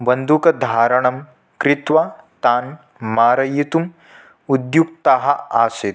बन्दुकधारणं कृत्वा तान् मारयितुम् उद्युक्तः आसीत्